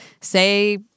say